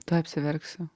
tuoj apsiverksiu